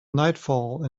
nightfall